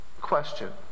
question